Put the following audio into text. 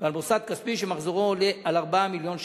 ועל מוסד כספי שמחזורו עולה על 4 מיליון ש"ח,